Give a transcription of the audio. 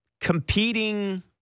competing